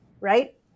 right